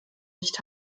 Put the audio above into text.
nicht